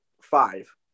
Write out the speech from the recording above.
five